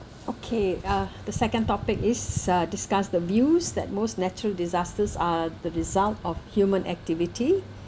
okay uh the second topic is uh discuss the views that most natural disasters are the result of human activity